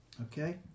Okay